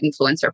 influencer